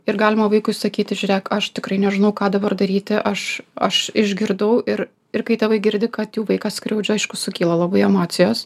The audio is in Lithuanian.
ir galima vaikui sakyti žiūrėk aš tikrai nežinau ką dabar daryti aš aš išgirdau ir ir kai tėvai girdi kad jų vaiką skriaudžia aišku sukyla labai emocijos